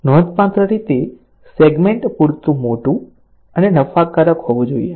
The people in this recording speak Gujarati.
નોંધપાત્ર સેગમેન્ટ પૂરતું મોટું અને નફાકારક હોવું જોઈએ